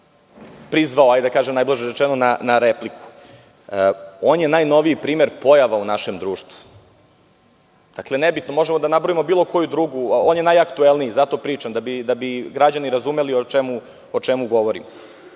prizvao, najblaže rečeno, na repliku. On je najnoviji primer pojava u našem društvu. Dakle, nebitno, možemo da nabrojimo bilo koju drugu, on je najaktuelniji. Zato pričam, da bi građani razumeli o čemu